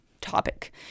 topic